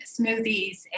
smoothies